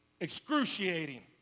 excruciating